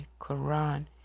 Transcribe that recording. Quran